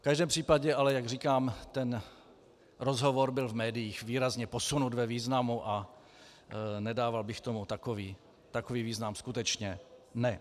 V každém případě ale, jak říkám, ten rozhovor byl v médiích výrazně posunut ve významu a nedával bych tomu takový význam, skutečně ne.